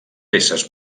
peces